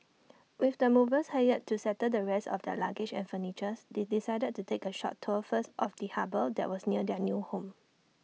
with the movers hired to settle the rest of their luggage and furnitures they decided to take A short tour first of the harbour that was near their new home